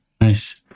nice